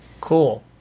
Cool